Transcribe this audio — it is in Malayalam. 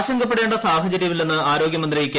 ആശങ്കപ്പെടേണ്ട സാഹചര്യമില്ലെന്ന് ആരോഗ്യമന്ത്രി കെ